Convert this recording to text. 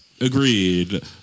agreed